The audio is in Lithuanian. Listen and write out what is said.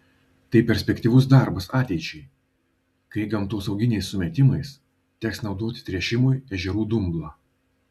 tai perspektyvus darbas ateičiai kai gamtosauginiais sumetimais teks naudoti tręšimui ežerų dumblą